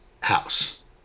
house